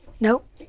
Nope